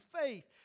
faith